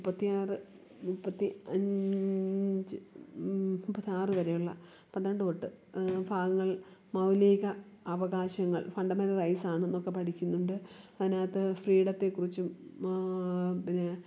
മുപ്പത്തിയാറ് മുപ്പത്തി അൻ ച് മുപ്പത്താറ് വരെയുള്ള പന്ത്രണ്ട് തൊട്ട് ഭാഗങ്ങൾ മൗലിക അവകാശങ്ങൾ ഫണ്ടമെന്റൽ റൈസാണെന്നൊക്കെ പഠിക്കുന്നുണ്ട് അതിനകത്ത് ഫ്രീഡത്തെക്കുറിച്ചും പിന്നേ